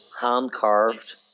hand-carved